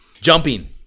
Jumping